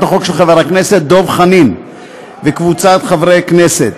החוק של חבר הכנסת דב חנין וקבוצת חברי הכנסת,